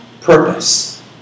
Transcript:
purpose